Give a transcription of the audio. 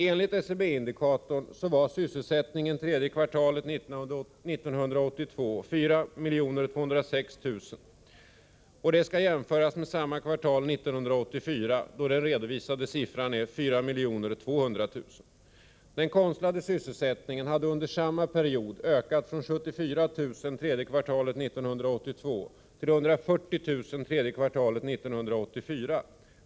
Enligt SCB-Indikatorer var antalet sysselsatta det tredje kvartalet 1982 4 206 000, vilket skall jämföras med samma kvartal 1984, då den redovisade siffran var 4 200 000. Den konstlade sysselsättningen ökade i omfattning under samma period — från 74 000 arbetstillfällen under tredje kvartalet 1982 till 140 000 under tredje kvartalet 1984.